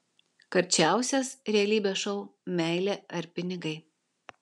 karčiausias realybės šou meilė ar pinigai